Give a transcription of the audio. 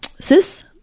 sis